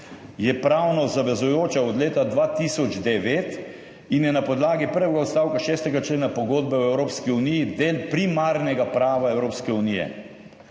je pravno zavezujoča od leta 2009 in je na podlagi prvega odstavka 6. člena Pogodbe o Evropski uniji del primarnega prava Evropske unije.